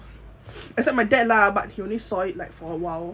except my dad lah but he only saw it like for awhile